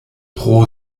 pro